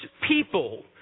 people